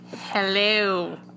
hello